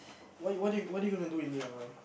what you what do you what do you gonna do in uh